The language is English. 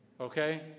Okay